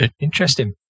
Interesting